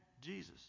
Jesus